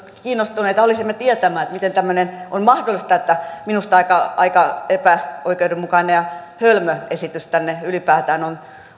kiinnostuneita tietämään miten tämmöinen on mahdollista että minusta aika aika epäoikeudenmukainen ja hölmö esitys tänne ylipäätään on